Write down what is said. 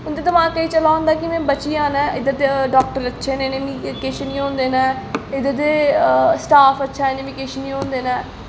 उं'दै दमाकै च चला दा होंदा ऐ में बची जाना ऐ इद्धर दे डाक्टर अच्छे न इ'नें मीं किश निं होन देना ऐ इद्धर दा स्टाफ आच्छा ऐ इ'नें किश निं होन देना ऐ